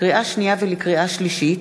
לקריאה שנייה ולקריאה שלישית: